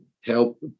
help